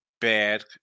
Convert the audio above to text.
bad